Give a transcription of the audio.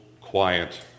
quiet